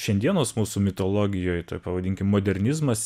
šiandienos mūsų mitologijoj toj pavadinkim modernizmas